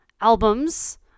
albums